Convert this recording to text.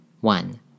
one